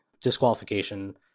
disqualification